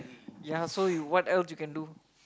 ya so you what else you can do